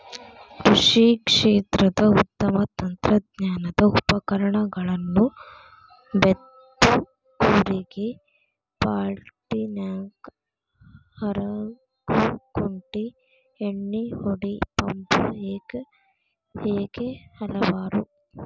ಕೃಷಿ ಕ್ಷೇತ್ರದ ಉತ್ತಮ ತಂತ್ರಜ್ಞಾನದ ಉಪಕರಣಗಳು ಬೇತ್ತು ಕೂರಿಗೆ ಪಾಲ್ಟಿನೇಗ್ಲಾ ಹರಗು ಕುಂಟಿ ಎಣ್ಣಿಹೊಡಿ ಪಂಪು ಹೇಗೆ ಹಲವಾರು